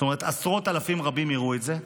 זאת אומרת, עשרות אלפים רבים יראו את זה.